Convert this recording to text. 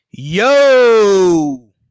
yo